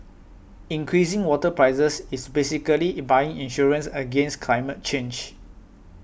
increasing water prices is basically buying insurance against climate change